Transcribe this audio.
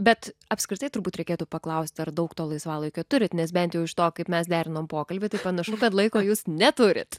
bet apskritai turbūt reikėtų paklausti ar daug to laisvalaikio turit nes bent jau iš to kaip mes derinom pokalbį tai panašu kad laiko jūs neturit